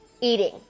Eating